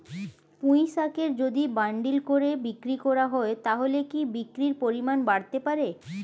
পুঁইশাকের যদি বান্ডিল করে বিক্রি করা হয় তাহলে কি বিক্রির পরিমাণ বাড়তে পারে?